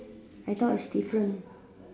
I thought it's different